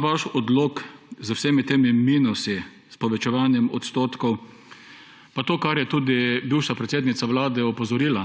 Vaš odlok z vsemi temi minusi, s povečevanjem odstotkov pa to, na kar je tudi bivša predsednica Vlade opozorila,